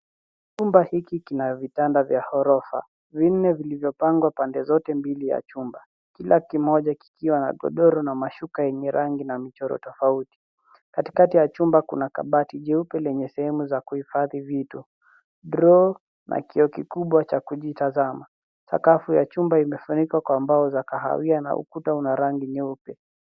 Chumba hiki kina vitanda vya orofa. Vinne vilivyopangwa pande zote mbili ya chumba, kila kimoja kikiwa na godoro na mashuka yenye rangi na michoro tofauti. Katikati ya chumba kuna kabati jeupe lenye sehemu za kuhifadhi vitu. Droo na kioo kikubwa cha kujitazama. Sakafu ya chumba imefunikwa kwa mbao za kahawia na ukuta una rangi nyeupe.